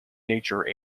nature